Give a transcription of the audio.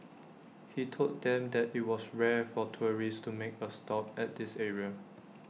he told them that IT was rare for tourists to make A stop at this area